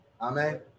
Amen